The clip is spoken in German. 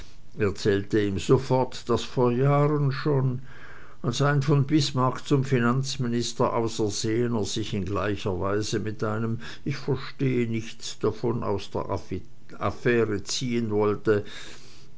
erzählte ihm sofort daß vor jahren schon als ein von bismarck zum finanzminister ausersehener sich in gleicher weise mit einem ich verstehe nichts davon aus der affaire ziehen wollte